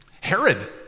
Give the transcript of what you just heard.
Herod